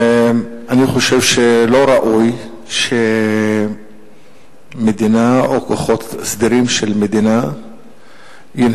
אני חושב שלא ראוי שמדינה או כוחות סדירים של מדינה ינהגו